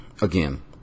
again